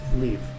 Leave